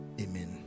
Amen